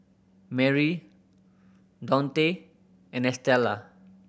Merri Daunte and Estella